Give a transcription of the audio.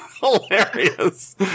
Hilarious